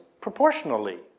proportionally